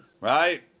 Right